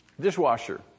Dishwasher